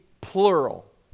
plural